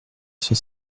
sur